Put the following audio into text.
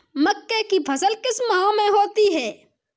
मक्के की फसल किस माह में होती है?